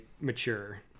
mature